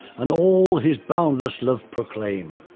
and all his boundless love proclaim.